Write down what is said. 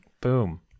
Boom